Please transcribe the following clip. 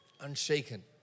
Unshaken